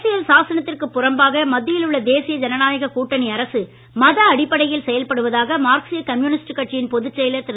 அரசியல் சாசனத்திற்கு புறம்பாக மத்தியில் உள்ள தேசிய ஜனநாயக கூட்டணி அரசு மத அடிப்படையில் செயல்படுவதாக மார்க்சீய கம்யூனிஸ்ட் கட்சியின் பொதுச் செயலர் திரு